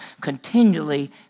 continually